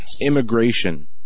immigration